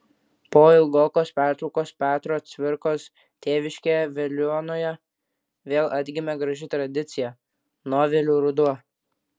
po ilgokos pertraukos petro cvirkos tėviškėje veliuonoje vėl atgimė graži tradicija novelių ruduo